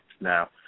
now